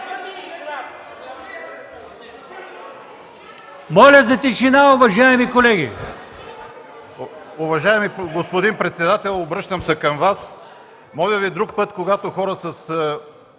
Моля за тишина, уважаеми колеги.